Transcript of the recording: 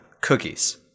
cookies